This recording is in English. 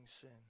sin